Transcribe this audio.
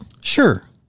Sure